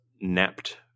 napped